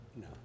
No